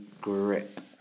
grip